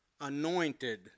anointed